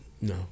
No